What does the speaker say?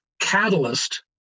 catalyst